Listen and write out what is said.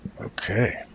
Okay